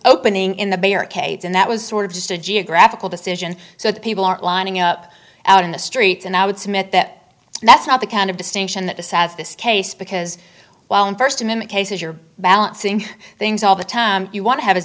opening in the barricades and that was sort of just a geographical decision so the people aren't lining up out in the streets and i would submit that that's not the kind of distinction that the sas this case because while in first amendment cases you're balancing things all the time you want to have as